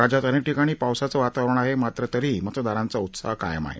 राज्यात अनेक ठिकाणी पावसाचं वातावरण आहे मात्र तरीही मतदारांचा उत्साह मात्र कायम आहे